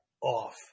off